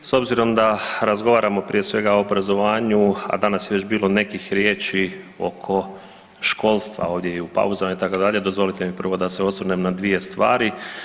S obzirom da razgovaramo prije svega o obrazovanju, a danas je već bilo nekih riječi oko školstva ovdje i u pauzama itd. dozvolite mi prvo da se osvrnem na dvije stvari.